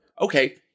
okay